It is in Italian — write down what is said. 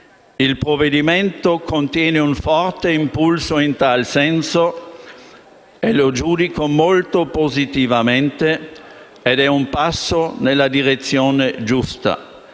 Il provvedimento contiene un forte impulso in tal senso, che giudico molto positivamente: è un passo nella giusta